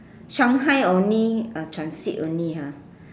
Shanghai only uh transit only ah